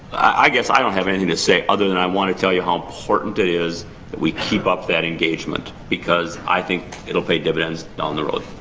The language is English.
i guess i don't have anything to say other than i want to tell you how important it is that we keep up that engagement. because i think it'll pay dividends down the road.